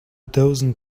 dozen